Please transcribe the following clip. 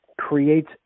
creates